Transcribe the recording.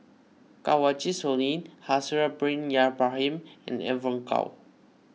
Kanwaljit Soin Haslir Bin Ibrahim and Evon Kow